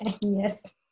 Yes